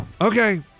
okay